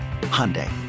Hyundai